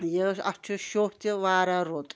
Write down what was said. یہِ اتھ چھُ شوہ تہِ واریاہ رُت